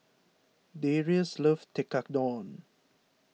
Darius loves Tekkadon